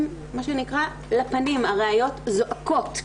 הם לפנים, הראיות זועקות.